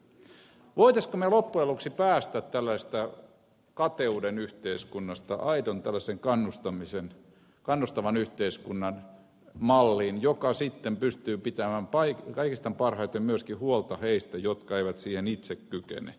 voisimmeko me loppujen lopuksi päästä tällaisesta kateuden yhteiskunnasta aitoon kannustavan yhteiskunnan malliin joka pystyy myöskin pitämään kaikista parhaiten huolta heistä jotka eivät siihen itse kykene